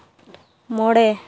ᱢᱚᱬᱮ